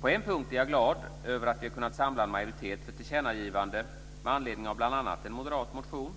På en punkt är jag glad över att vi kunnat samla en majoritet för ett tillkännagivande med anledning av bl.a. en moderat motion.